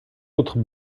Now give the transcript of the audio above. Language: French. autres